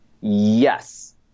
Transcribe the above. yes